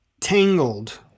Tangled